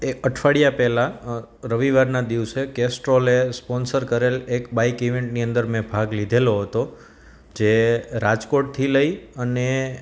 એક અઠવાડિયા પહેલા રવિવારના દિવસે કેસ્ટોલે સ્પોન્સર કરેલ એક બાઈક ઈવેન્ટની અંદર મેં ભાગ લીધેલો હતો જે રાજકોટથી લઈ અને